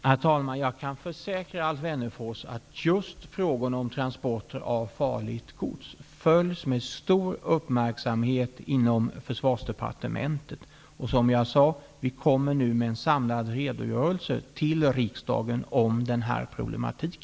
Herr talman! Jag kan försäkra Alf Wennerfors att just frågorna om transporter av farligt gods följs med stor uppmärksamhet inom Försvarsdepartementet. Vi kommer med en samlad redogörelse till riksdagen om denna problematik.